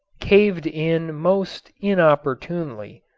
caved in most inopportunely.